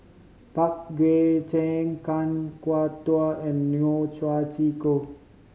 Pang Guek Cheng Kan Kwok Toh and Neo